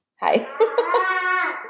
Hi